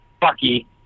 Bucky